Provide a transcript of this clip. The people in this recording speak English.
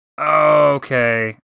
Okay